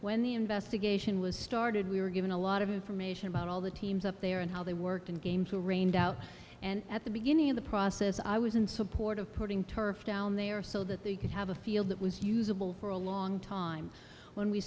when the investigation was started we were given a lot of information about all the teams up there and how they worked in games and at the beginning of the process i was in support of putting turf down there so that they could have a field that was usable for a long time when we